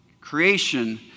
Creation